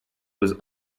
was